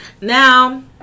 Now